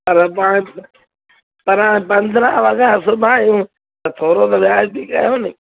पर पोइ हाणे पर पंद्रहं वॻा सुबायूं त थोरो त व्याजिबी कयो न